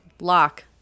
lock